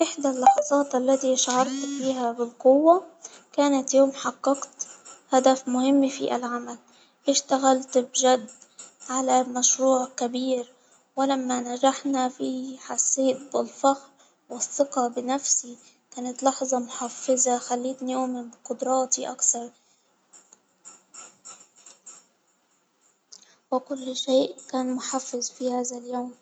إحدى اللحظات التي شعرت فيها بالقوة كانت يوم حققت هدف مهم في العمل، إشتغلت بجد على مشروع كبير، ولما نجحنا فيه حسيت بالفخر والثقة بنفسي، كانت لحظة محفزة خليتني أؤمن بقدراتي أكتر، وكل شيء كان محفز في هذا اليوم.